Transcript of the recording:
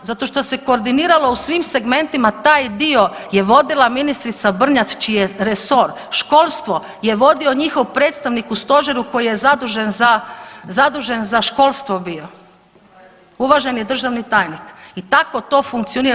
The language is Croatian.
Zato što se koordiniralo u svim segmentima, taj dio je vodila ministrica Brnjac koji je resor, školstvo je vodio njihov predstavnik u Stožeru koji je zadužen za školstvo bio, uvaženi državni tajnik i tako to funkcionira.